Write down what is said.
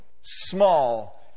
small